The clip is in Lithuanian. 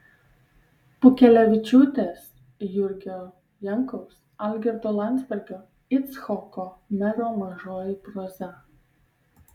pukelevičiūtės jurgio jankaus algirdo landsbergio icchoko mero mažoji proza